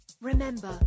Remember